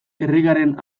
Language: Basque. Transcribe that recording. erregearen